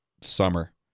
summer